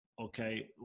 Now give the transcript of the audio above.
Okay